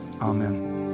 Amen